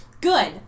Good